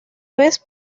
vez